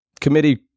Committee